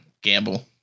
Gamble